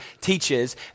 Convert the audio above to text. teaches